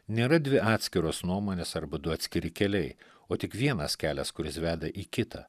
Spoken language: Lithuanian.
nėra dvi atskiros nuomonės arba du atskiri keliai o tik vienas kelias kuris veda į kitą